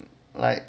like